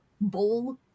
bowl